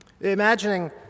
imagining